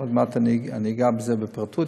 עוד מעט אגע בזה ביתר פירוט,